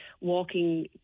walking